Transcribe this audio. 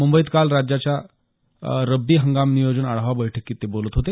मुंबईत काल राज्याच्या रब्बी हंगाम नियोजन आढावा बैठकीत ते बोलत होते